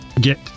get